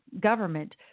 government